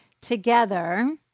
together